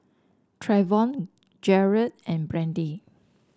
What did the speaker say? Travon Garret and Randy